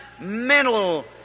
mental